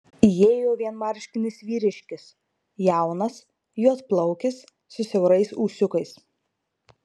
įėjo vienmarškinis vyriškis jaunas juodplaukis su siaurais ūsiukais